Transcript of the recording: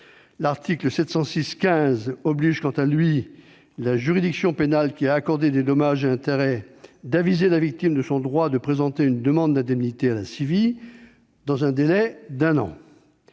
L'article 706-15 oblige, quant à lui, la juridiction pénale qui a accordé des dommages et intérêts à aviser la victime de son droit de présenter une demande d'indemnité à la CIVI dans le délai d'un an.